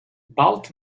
bald